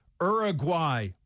Uruguay